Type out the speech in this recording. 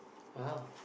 !wow!